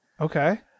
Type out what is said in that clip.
Okay